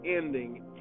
ending